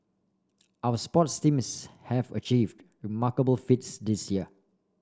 our sports teams have achieved remarkable feats this year